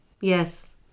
Yes